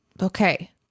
okay